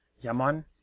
Yaman